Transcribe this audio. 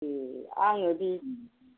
ए आङो बे